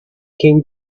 came